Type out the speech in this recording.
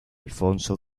alfonso